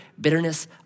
bitterness